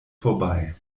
vorbei